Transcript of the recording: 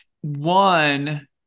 One